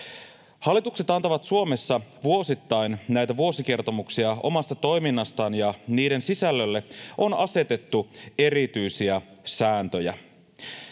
Hallitukset antavat Suomessa vuosittain näitä vuosikertomuksia omasta toiminnastaan, ja niiden sisällölle on asetettu erityisiä sääntöjä.